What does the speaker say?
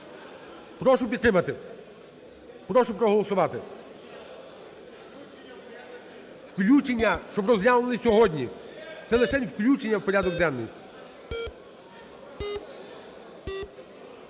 Прошу підтримати. Прошу проголосувати. Включення, щоб розглянули сьогодні. Це лишень включення в порядок денний.